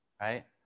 right